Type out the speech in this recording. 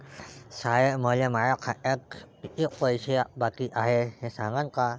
साहेब, मले माया खात्यात कितीक पैसे बाकी हाय, ते सांगान का?